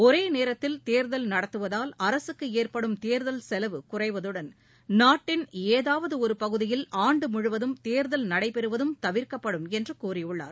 ஒரேநேரத்தில் தேர்தல் நடத்துவதால் அரசுக்குஏற்படும் தேர்தல் செலவு குறைவதுடன் நாட்டின் ஏதாவதுஒருபகுதியில் ஆண்டுமுழுவதும் தேர்தல் நடைபெறுவதும் தவிர்க்கப்படும் என்றுகூறியுள்ளார்